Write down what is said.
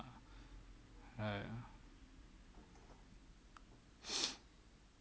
so